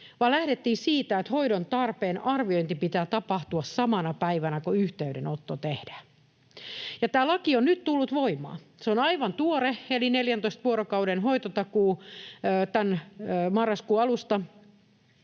lähdettiin, siitä että hoidon tarpeen arviointi pitää tapahtua samana päivänä, kun yhteydenotto tehdään. Ja tämä laki on nyt tullut voimaan, se on aivan tuore, eli 14 vuorokauden hoitotakuu tämän marraskuun alusta